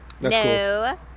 No